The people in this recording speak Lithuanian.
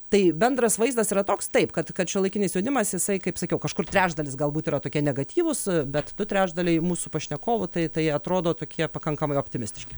tai bendras vaizdas yra toks taip kad kad šiuolaikinis jaunimas jisai kaip sakiau kažkur trečdalis galbūt yra tokie negatyvūs bet du trečdaliai mūsų pašnekovų tai tai atrodo tokie pakankamai optimistiški